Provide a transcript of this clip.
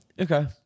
Okay